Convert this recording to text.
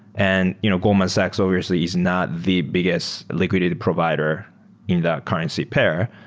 and you know goldman sachs obviously is not the biggest liquidity provider in that currency pair,